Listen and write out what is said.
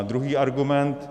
Druhý argument.